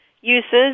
uses